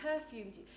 perfumes